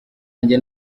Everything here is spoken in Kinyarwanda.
yanjye